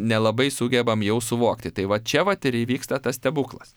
nelabai sugebam jau suvokti tai va čia vat ir įvyksta tas stebuklas